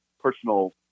personal